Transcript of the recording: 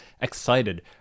excited